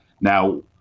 Now